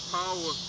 power